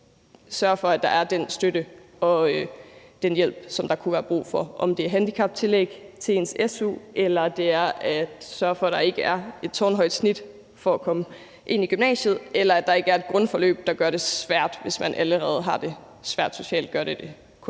sørge for, at der er den støtte og den hjælp, som der kunne være brug for, om det er handicaptillæg til ens su, eller det er at sørge for, at det ikke kræver et tårnhøjt snit at komme ind på gymnasiet, eller at der ikke er et grundforløb, der gør det svært, hvis man allerede har det svært socialt, for det vil kun